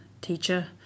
teacher